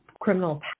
criminal